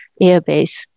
airbase